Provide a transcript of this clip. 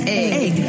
egg